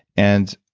and,